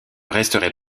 resterai